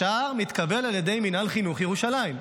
השאר מתקבל על ידי מינהל חינוך ירושלים.